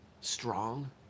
strong